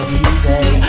easy